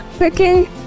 okay